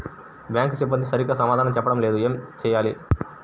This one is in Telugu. బ్యాంక్ సిబ్బంది సరిగ్గా సమాధానం చెప్పటం లేదు ఏం చెయ్యాలి?